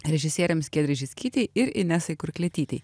režisierėms giedrei žickytei ir inesai kurklietytei